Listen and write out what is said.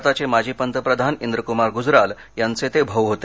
भारताचे माजी पंतप्रधान इंद्रक्मार गुजराल यांचे ते भाऊ होते